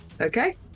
okay